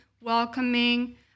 welcoming